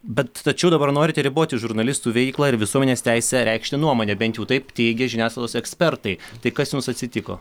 bet tačiau dabar norite riboti žurnalistų veiklą ir visuomenės teisę reikšti nuomonę bent jau taip teigia žiniasklaidos ekspertai tai kas jums atsitiko